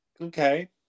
okay